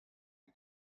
the